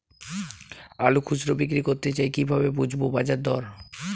আলু খুচরো বিক্রি করতে চাই কিভাবে বুঝবো বাজার দর?